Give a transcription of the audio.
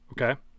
okay